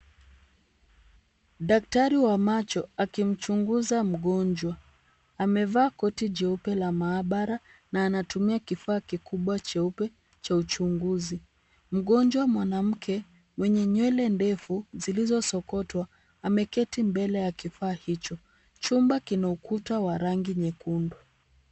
Daktari wa macho akimchunguza mgonjwa, amevaa koti jeupe la maabara na anatumia kifaa kikubwa cheupe cha uchunguzi. Mgonjwa mwanamke, mwenye nywele ndefu zilizosokotwa ameketi mbele ya kifaa hicho. Chumba kina ukuta wa rangi nyekundu.